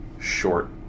short